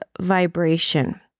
vibration